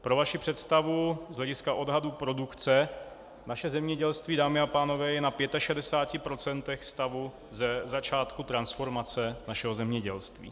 Pro vaši představu, z hlediska odhadu produkce naše zemědělství, dámy a pánové, je na 65 procentech stavu ze začátku transformace našeho zemědělství.